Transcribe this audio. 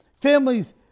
Families